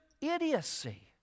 idiocy